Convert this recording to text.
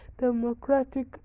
Democratic